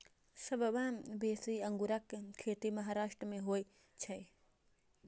सबसं बेसी अंगूरक खेती महाराष्ट्र मे होइ छै